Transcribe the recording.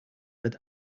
that